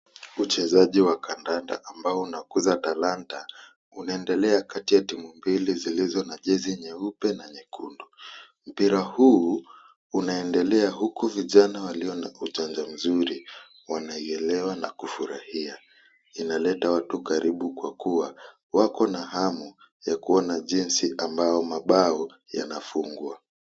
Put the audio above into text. Uchezji wa kandanda ambao unakuza talanta, unaendelea kati ya timu mbili zilizo na jezi nyeupe na nyekundu. Mpira huu unaendelea huku vijana walio na ujanja mzuri wanaielewa na kufurahia. Inaleta watu karibu kwa kuwa wako na hamu ya kuona jinsi mabao yanafungwa.